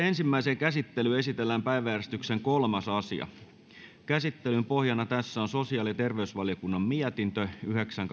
ensimmäiseen käsittelyyn esitellään päiväjärjestyksen kolmas asia käsittelyn pohjana tässä on sosiaali ja terveysvaliokunnan mietintö yhdeksän